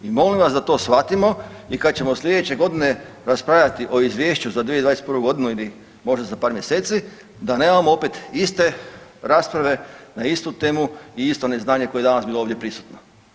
I molim vas da to shvatimo i kad ćemo sljedeće godine raspravljati o Izvješću za 2021. godinu ili možda za par mjeseci, da nemamo opet iste rasprave na istu temu i isto neznanje koje je danas ovdje bilo prisutno.